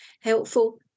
helpful